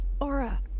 Aura